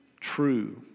true